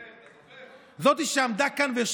עכשיו דורשת מפלגת רע"מ ודורש העומד בראשה